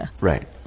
Right